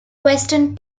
western